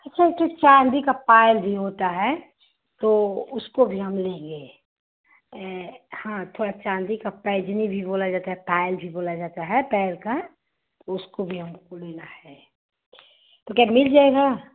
च च चांदी का पायल भी होता है तो उसको भी हम लेंगे यहाँ थोड़ा चांदी का पैजनी भी बोल जाता है पायल भी बोल जाता है पैर का उसको भी हमको लेना है तो क्या मिल जाएगा